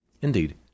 Indeed